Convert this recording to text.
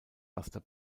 buster